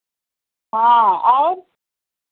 हाँ और